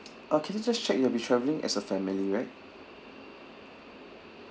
uh can I just check you'll be travelling as a family right